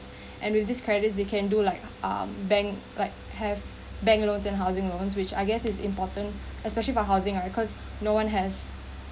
and with this credits they can do like um bank like have bank loans and housing loans which I guess is important especially for housing right because no one has